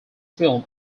film